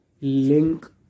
link